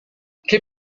che